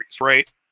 right